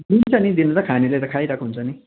दिन्छ नि दिनु त खानेले त खाइरहेको हुन्छ नि